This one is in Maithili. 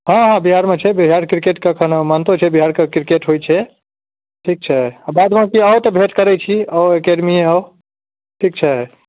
हँ हँ बिहार मे छै बिहार क्रिकेट एखन मन्यतो छै बिहार के क्रिकेट होइ छै ठिक छै बाद बाकी आउ तऽ भेट करै छी आउ एकेडमीए आउ ठिक छै